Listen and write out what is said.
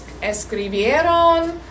escribieron